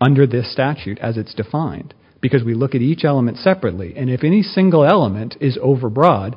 under this statute as it's defined because we look at each element separately and if any single element is overbroad